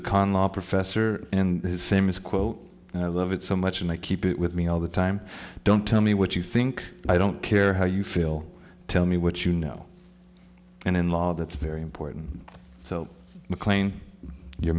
law professor and his famous quote and i love it so much and i keep it with me all the time don't tell me what you think i don't care how you feel tell me what you know and in law that's very important so mclean your